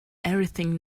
everything